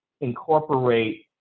incorporate